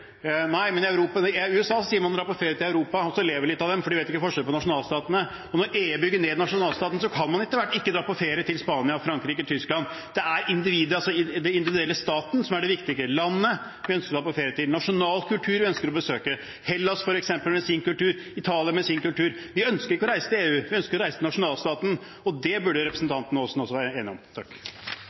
Nei, men i USA sier man at man drar på ferie til Europa, og så ler vi litt av dem for de vet ikke forskjell på nasjonalstatene, og når EU bygger ned nasjonalstaten, kan man etter hvert ikke dra på ferie til Spania, Frankrike og Tyskland. Det er den individuelle staten som er det viktige, landet vi ønsker å dra på ferie til, den nasjonale kulturen vi ønsker å besøke – f.eks. Hellas med sin kultur, Italia med sin kultur. Vi ønsker ikke å reise til EU, vi ønsker å reise til nasjonalstaten, og det burde representanten Aasen også være enig